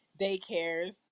daycares